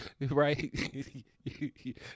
right